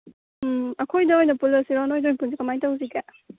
ꯎꯝ ꯑꯩꯈꯣꯏꯗ ꯑꯣꯏꯅ ꯄꯨꯜꯂꯁꯤꯔꯣ ꯅꯣꯏꯗ ꯑꯣꯏꯅ ꯄꯨꯜꯂꯁꯤꯔꯣ ꯀꯃꯥꯏ ꯇꯧꯁꯤꯒꯦ